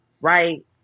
Right